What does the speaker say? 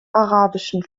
arabischen